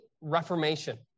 Reformation